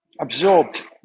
absorbed